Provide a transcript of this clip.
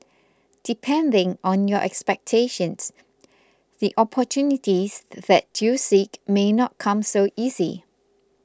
depending on your expectations the opportunities that you seek may not come so easy